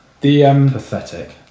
pathetic